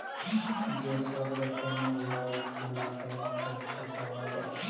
যে ছব রকমের লল গুলা ব্যাংক থ্যাইকে পাউয়া যায়